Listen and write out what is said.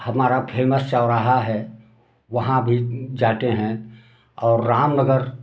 हमारा फेमस चौराहा है वहाँ भी जाते हैं और रामनगर